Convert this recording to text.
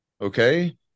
Okay